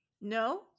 no